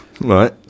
Right